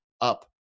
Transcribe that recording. up